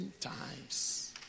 times